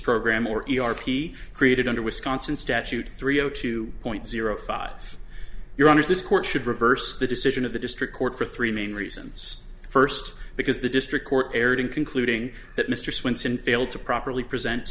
program or be created under wisconsin statute three zero two point zero five your honor this court should reverse the decision of the district court for three main reasons first because the district court erred in concluding that mr swenson failed to properly present